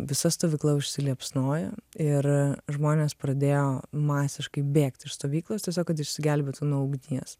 visa stovykla užsiliepsnojo ir žmonės pradėjo masiškai bėgti iš stovyklos tiesiog kad išsigelbėtų nuo ugnies